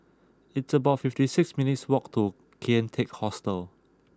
it's about fifty six minutes' walk to Kian Teck Hostel